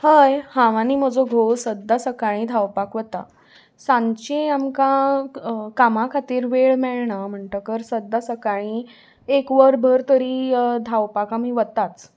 हय हांव आनी म्हजो घोव सद्दां सकाळीं धांवपाक वता सांची आमकां कामां खातीर वेळ मेळना म्हणटकर सद्दां सकाळीं एक वरभर तरी धांवपाक आमी वताच